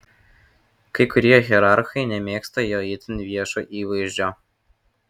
kai kurie hierarchai nemėgsta jo itin viešo įvaizdžio